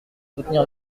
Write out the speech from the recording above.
soutenir